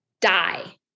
die